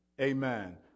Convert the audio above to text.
amen